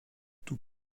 tout